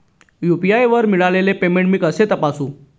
UPI वर मिळालेले payment मी कसे तपासू?